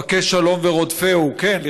בקש שלום ורדפהו" כן,